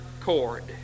cord